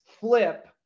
Flip